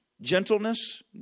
gentleness